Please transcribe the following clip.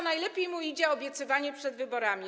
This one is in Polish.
Najlepiej mu idzie obiecywanie przed wyborami.